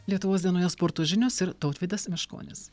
lietuvos dienoje sporto žinios ir tautvydas meškonis